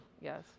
Yes